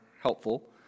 helpful